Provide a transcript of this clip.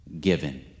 given